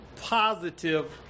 positive